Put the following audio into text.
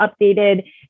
updated